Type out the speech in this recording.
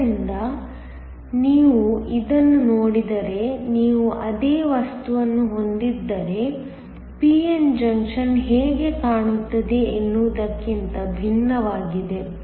ಆದ್ದರಿಂದ ನೀವು ಇದನ್ನು ನೋಡಿದರೆ ನೀವು ಅದೇ ವಸ್ತುವನ್ನು ಹೊಂದಿದ್ದರೆ p n ಜಂಕ್ಷನ್ ಹೇಗೆ ಕಾಣುತ್ತದೆ ಎನ್ನುದಕ್ಕಿಂತ ಭಿನ್ನವಾಗಿದೆ